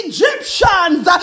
Egyptians